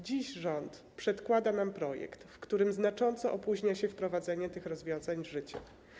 Dziś rząd przedkłada nam projekt, w którym znacznie opóźnia się wprowadzenie tych rozwiązań w życie.